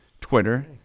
Twitter